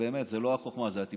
ובאמת, זו לא החוכמה, זו הטיפשות.